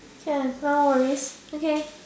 yes no worries okay